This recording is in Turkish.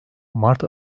mart